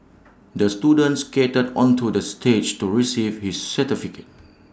the student skated onto the stage to receive his certificate